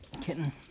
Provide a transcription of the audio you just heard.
kitten